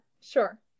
sure